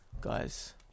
guys